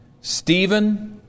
Stephen